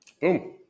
Boom